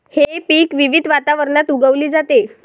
हे पीक विविध वातावरणात उगवली जाते